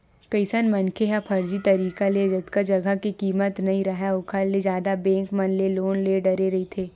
कइझन मनखे ह फरजी तरिका ले जतका जघा के कीमत नइ राहय ओखर ले जादा बेंक मन ले लोन ले डारे रहिथे